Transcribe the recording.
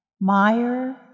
Meyer